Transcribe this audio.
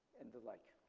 and the like.